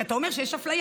כי אתה אומר שיש אפליה,